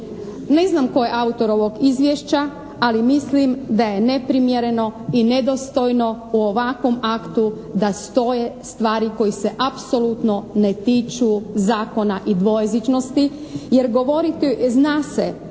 Ne znam tko je autor ovog izvješća ali mislim da je neprimjereno i nedostojno u ovakvom aktu da stoje stvari koji se uopće ne tiču zakona i dvojezičnosti, jer govoriti zna se